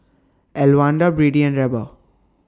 Elwanda Brady and Reba